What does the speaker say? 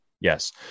Yes